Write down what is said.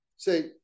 Say